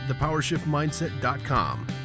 ThePowerShiftMindset.com